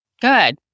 Good